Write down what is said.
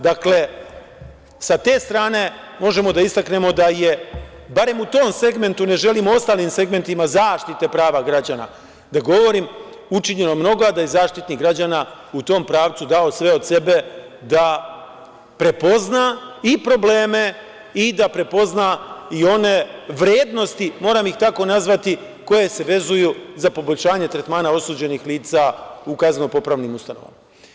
Dakle, sa te strane možemo da istaknemo da je barem u tom segmentu, ne želim o ostalim segmentima zaštite prava građana da govorim, učinjeno mnogo, a da je Zaštitnik građana u tom pravcu dao sve od sebe da prepozna i probleme i da prepozna i one vrednosti, moram ih tako nazvati, koje se vezuju za poboljšanje tretmana osuđenih lica u kazneno-popravnim ustanovama.